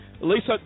Lisa